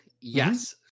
yes